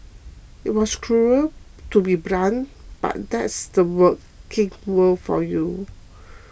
it was cruel to be blunt but that's the working world for you